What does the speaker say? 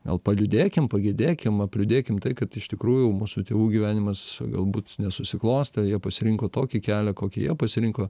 gal paliūdėkim pagedėkim apliūdėkim tai kad iš tikrųjų mūsų tėvų gyvenimas galbūt nesusiklostė jie pasirinko tokį kelią kokį jie pasirinko